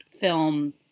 film